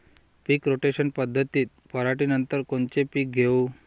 पीक rotation पद्धतीत पराटीनंतर कोनचे पीक घेऊ?